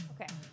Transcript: Okay